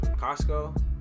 Costco